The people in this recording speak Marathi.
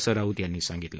असं राऊत यांनी सांगितलं